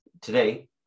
today